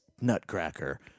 Nutcracker